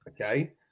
Okay